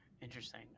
Interesting